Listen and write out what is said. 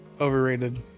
Overrated